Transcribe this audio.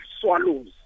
swallows